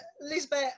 Lisbeth